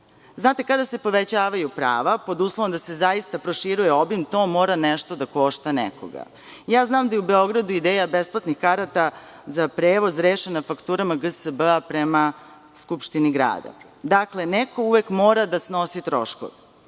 Znate, kada se povećavaju prava, pod uslovom da se zaista proširuje obim, to mora nešto da košta nekoga. Znam da je u Beogradu ideja besplatnih karata za prevoz rešena fakturama GSB-a prema Skupštini grada. Dakle, neko uvek mora da snosi troškove.